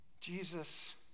Jesus